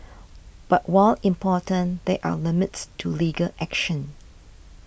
but while important there are limits to legal action